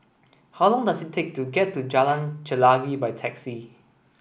how long does it take to get to Jalan Chelagi by taxi